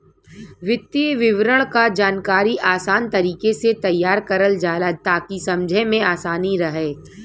वित्तीय विवरण क जानकारी आसान तरीके से तैयार करल जाला ताकि समझे में आसानी रहे